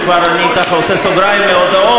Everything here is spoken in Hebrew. אם כבר אני ככה עושה סוגריים להודעות,